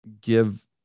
give